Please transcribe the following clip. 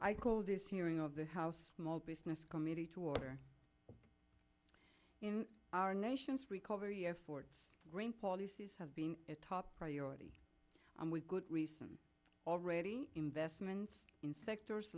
i call this hearing of the house small business committee to order in our nation's recovery effort green policies have been top priority and with good reason already investments in sectors